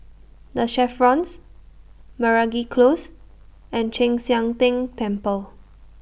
The Chevrons Meragi Close and Chek Sian Tng Temple